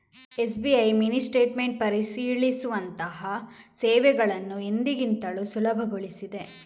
SBI mini statement ಪರಿಶೀಲಿಸುವಂತಹ ಸೇವೆಗಳನ್ನು ಎಂದಿಗಿಂತಲೂ ಸುಲಭಗೊಳಿಸಿದೆ